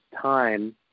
time